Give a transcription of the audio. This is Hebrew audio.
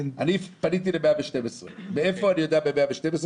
אני פניתי לסעיף 112. מאיפה אני יודע על פי סעיף 112